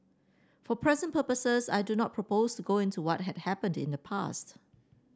for present purposes I do not propose to go into what had happened in the past